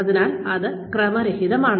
അതിനാൽ അത് ക്രമരഹിതമാണ്